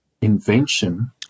Invention